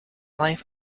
life